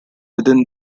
within